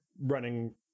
running